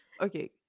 okay